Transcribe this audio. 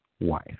wife